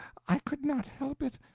i could not help it.